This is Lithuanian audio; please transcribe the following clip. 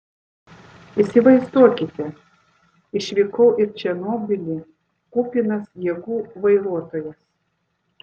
įsivaizduokite išvykau į černobylį kupinas jėgų vairuotojas